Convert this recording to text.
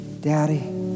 daddy